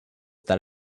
that